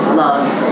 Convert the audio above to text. loves